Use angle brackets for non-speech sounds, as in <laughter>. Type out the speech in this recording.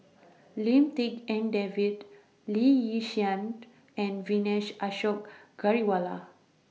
<noise> Lim Tik En David Lee Yi Shyan and Vijesh Ashok Ghariwala